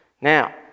Now